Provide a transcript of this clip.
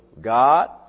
God